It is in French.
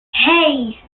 hey